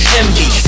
envy